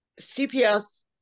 CPS